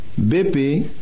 BP